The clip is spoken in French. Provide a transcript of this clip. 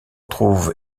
trouve